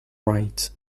write